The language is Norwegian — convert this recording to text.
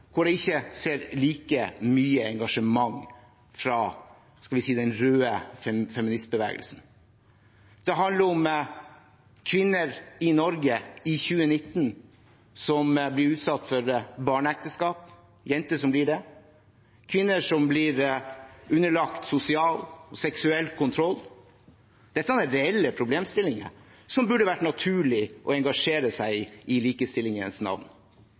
hvor jeg ikke ser like mye engasjement fra den røde feministbevegelsen. Det handler om jenter i Norge i 2019 som blir utsatt for barneekteskap, og kvinner som blir underlagt sosial og seksuell kontroll. Dette er reelle problemstillinger som det burde vært naturlig å engasjere seg i i likestillingens navn.